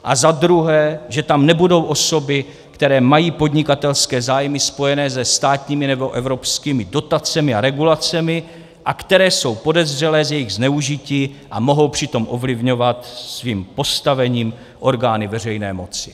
A za druhé, že tam nebudou osoby, které mají podnikatelské zájmy spojené se státními nebo evropskými dotacemi a regulacemi a které jsou podezřelé z jejich zneužití a mohou přitom ovlivňovat svým postavením orgány veřejné moci.